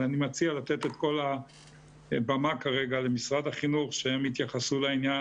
אני מציע לתת את כל הבמה כרגע למשרד החינוך שהם יתייחסו לעניין.